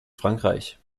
frankreich